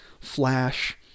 Flash